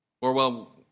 Orwell